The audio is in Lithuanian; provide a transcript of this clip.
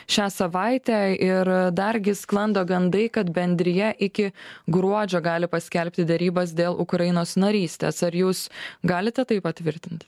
šią savaitę ir dargi sklando gandai kad bendrija iki gruodžio gali paskelbti derybas dėl ukrainos narystės ar jūs galite tai patvirtint